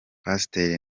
pasiteri